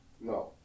no